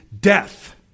death